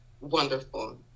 Wonderful